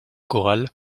corral